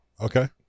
Okay